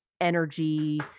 energy